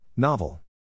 Novel